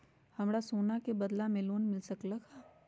हमरा सोना के बदला में लोन मिल सकलक ह?